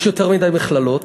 יש יותר מדי מכללות